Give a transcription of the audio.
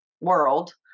world